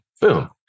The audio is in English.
boom